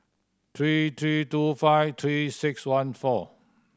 three three two five Three Six One four